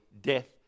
death